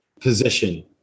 position